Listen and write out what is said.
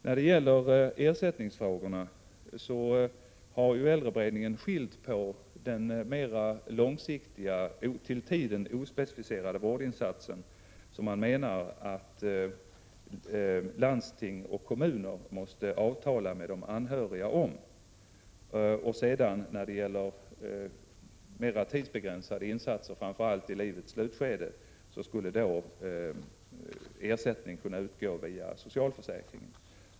När det gäller ersättningsfrågor har ju äldreberedningen gjort skillnad mellan den mera långsiktiga, till tiden ospecificerade, vårdinsatsen — som man menar att landsting och kommuner måste avtala med de anhöriga om — och den mera tidsbegränsade insatsen, framför allt i livets slutskede, där ersättning skulle kunna utgå via socialförsäkringen.